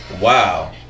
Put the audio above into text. Wow